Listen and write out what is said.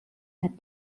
hat